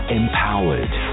empowered